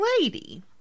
lady